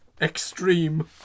extreme